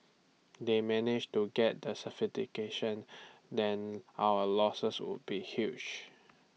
they managed to get the then our losses would be huge